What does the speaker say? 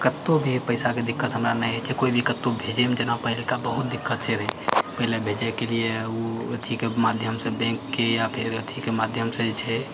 कतहुँ भी पैसाके दिक्कत हमरा नहि होइत छै केओ भी कतहुँ भेजैमे जेना पहिलका बहुत दिक्कत होइत रहै पहिले भेजैके लिए ओ अथिके माध्यमसँ बैंकके या फेर अथिके माध्यमसँ जे छै